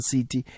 City